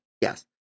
Yes